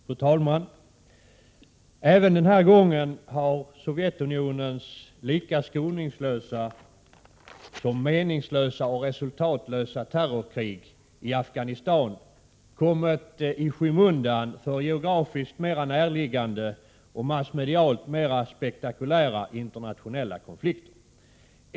Fru talman! Även den här gången har Sovjetunionens lika skoningslösa som meningslösa och resultatlösa terrorkrig i Afghanistan kommit i skymundan för geografiskt mera närliggande och massmedialt mera spektakulära internationella konflikter.